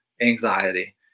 anxiety